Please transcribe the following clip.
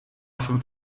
fünf